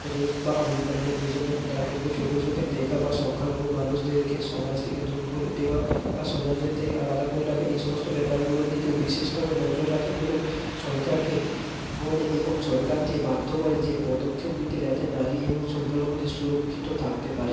rape বা অন্যান্য যে সমস্ত নারীদেরকে ছোট চোখে দেখা বা সংখ্যালঘু মানুষদেরকে সমাজ থেকে দূর করে দেওয়া বা সমাজের থেকে আলাদা করে রাখা এই সমস্ত ব্যাপারগুলোর দিকেও বিশেষভাবে নজর রাখে এবং সরকারকে বলে এবং সরকারকে বাধ্য করে যে পদক্ষেপ নিতে যাতে নারী এবং সংখ্যালঘুদের সুরক্ষিত থাকতে পারে